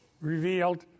revealed